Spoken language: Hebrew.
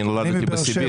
אני נולדתי בסיביר.